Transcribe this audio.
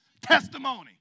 testimony